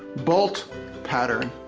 bolt pattern,